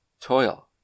toil